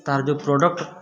ତାହାର ଯେଉଁ ପ୍ରଡ଼କ୍ଟ